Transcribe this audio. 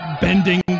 bending